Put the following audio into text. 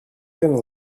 gonna